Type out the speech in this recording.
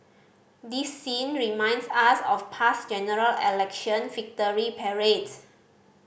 this scene reminds us of past General Election victory parades